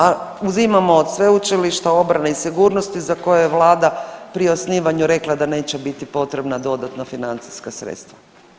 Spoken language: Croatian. A uzimamo od Sveučilišta obrane i sigurnosti za koje je vlada pri osnivanju rekla da neće biti potrebna dodatna financijska sredstva.